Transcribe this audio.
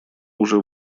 уже